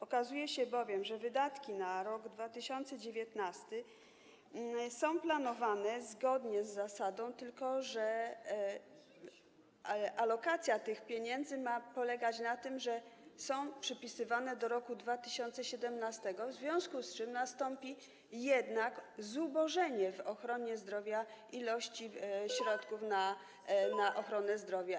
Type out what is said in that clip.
Okazuje się bowiem, że wydatki na rok 2019 są planowane zgodnie z zasadą, tylko że alokacja tych pieniędzy ma polegać na tym, że są przypisywane do roku 2017, w związku z czym nastąpi jednak zmniejszenie ilości środków na ochronę zdrowia.